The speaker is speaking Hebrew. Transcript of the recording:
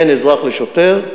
יש לנו הרבה מפגשים בין אזרח לשוטר,